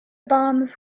bombs